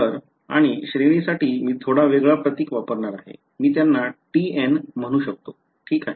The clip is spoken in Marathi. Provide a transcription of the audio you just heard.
तर आणि श्रेणीसाठी मी थोडा वेगळा प्रतीक वापरणार आहे मी त्यांना tn म्हणतो ठीक